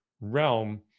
realm